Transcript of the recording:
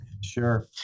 sure